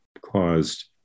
caused